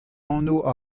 anv